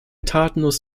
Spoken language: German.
tatenlos